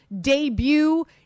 debut